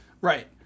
Right